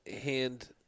hand